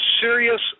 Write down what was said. serious